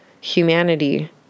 humanity